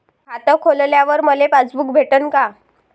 खातं खोलल्यावर मले पासबुक भेटन का?